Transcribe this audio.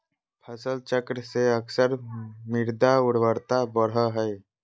फसल चक्र से अक्सर मृदा उर्वरता बढ़ो हइ